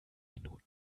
minuten